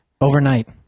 overnight